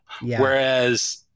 whereas